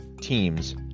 teams